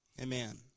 Amen